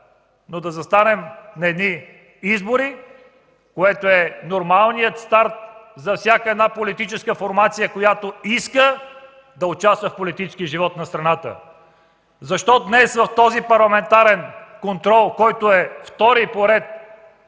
но да застанем на едни избори, което е нормалният старт за всяка една политическа формация, която иска да участва в политическия живот на страната. Защо днес в този парламентарен контрол, който е втори по ред,